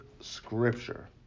Scripture